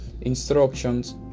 instructions